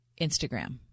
Instagram